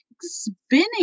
spinning